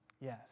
Yes